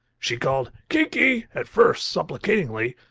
she called kiki! at first supplicatingly,